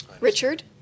Richard